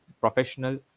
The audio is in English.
professional